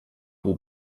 will